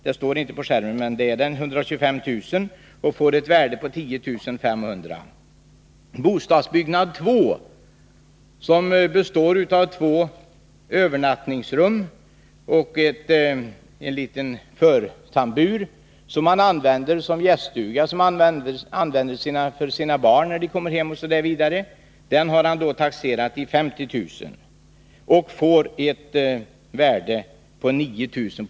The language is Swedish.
— det står inte på skärmen, men det är den —, och får ett värde på 10 500 kr. Bostadsbyggnad nr. 2, som består av två övernattningsrum och en liten förtambur och som används som gäststuga, t.ex. för barnen när de kommer på besök, osv. , är taxerad till 50 000 kr. Han får då ett värde på 9 000 kr.